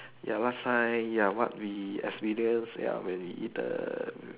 ya last time ya what we experience ya when we eat the